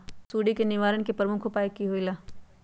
सुडी के निवारण के प्रमुख उपाय कि होइला?